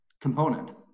component